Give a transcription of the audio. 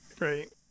Right